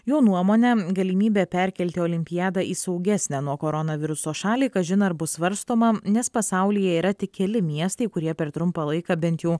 jo nuomone galimybė perkelti olimpiadą į saugesnę nuo koronaviruso šalį kažin ar bus svarstoma nes pasaulyje yra tik keli miestai kurie per trumpą laiką bent jau